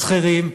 השכירים,